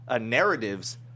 narratives